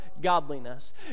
godliness